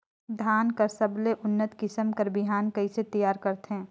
धान कर सबले उन्नत किसम कर बिहान कइसे तियार करथे?